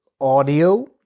audio